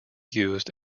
used